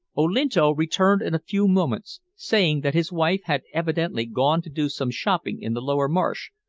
olinto returned in a few moments, saying that his wife had evidently gone to do some shopping in the lower-marsh,